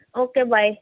okay bye